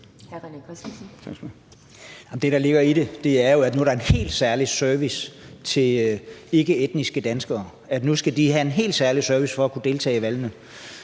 det, der ligger i det, er jo, at nu er der en helt særlig service til ikkeetniske danskere – nu skal de have en helt særlig service for at kunne deltage i valgene.